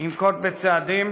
ינקוט צעדים